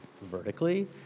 vertically